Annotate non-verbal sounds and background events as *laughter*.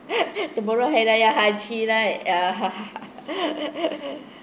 *laughs* tomorrow hari raya haji right ya *laughs*